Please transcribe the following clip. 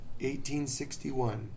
1861